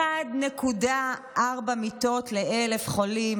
1.4 מיטות ל-1,000 חולים,